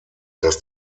dass